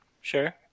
Sure